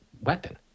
weapon